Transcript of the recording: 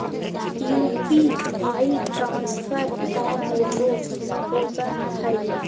UPI transfer का होव हई?